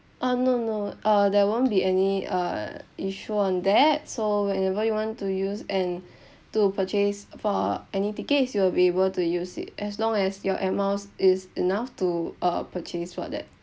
uh no no uh there won't be any uh issue on that so whenever you want to use and to purchase for uh any tickets you will be able to use it as long as your air miles is enough to uh purchase for that